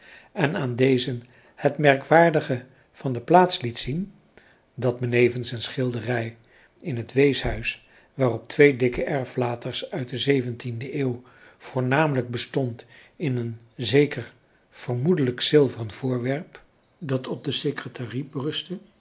en aan dezen het merkwaardige van de plaats liet zien dat benevens een schilderij in het weeshuis waarop twee dikke erflaters uit de de eeuw voornamelijk bestond in een zeker vermoedelijk zilveren voorwerp dat op de secretarie berustte